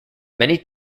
many